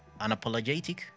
unapologetic